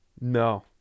No